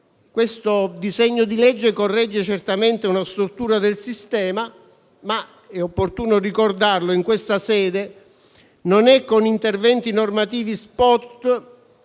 Questo disegno di legge corregge certamente una stortura del sistema, ma - è opportuno ricordarlo in questa sede - non è con interventi normativi *spot*